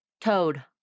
Toad